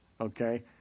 okay